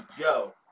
Yo